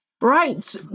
Right